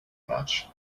much